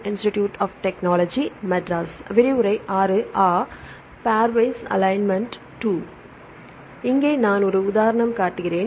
இங்கே நான் உதாரணம் காட்டுகிறேன்